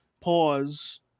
pause